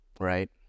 right